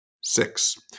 six